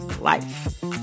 life